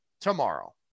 tomorrow